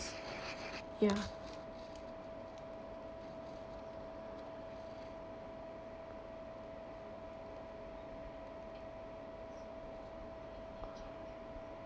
ya